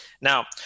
Now